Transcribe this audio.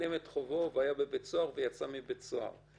ושילם את חובו, היה בבית סוהר ויצא מבית סוהר,